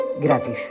gratis